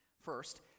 First